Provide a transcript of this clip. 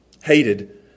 Hated